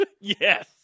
Yes